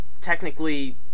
technically